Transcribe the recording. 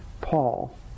Paul